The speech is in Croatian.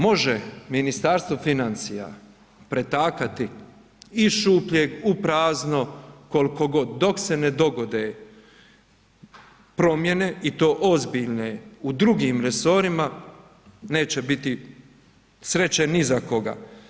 Može Ministarstvo financije pretakati iz šupljeg u prazno koliko god dok se ne dogode promjene i to ozbiljne u drugim resorima neće biti sreće ni za koga.